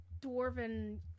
dwarven